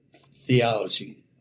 theology